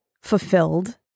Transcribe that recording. fulfilled